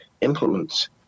implements